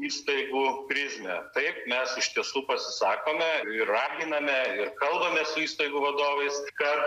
įstaigų prizmę taip mes iš tiesų pasisakome ir raginame ir kalbamės su įstaigų vadovais kad